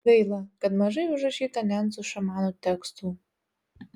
gaila kad mažai užrašyta nencų šamanų tekstų